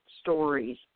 stories